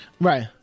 Right